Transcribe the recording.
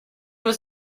was